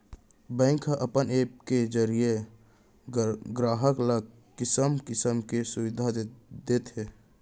bank ह अपन app के जरिये गराहक ल किसम किसम के सुबिधा देत हे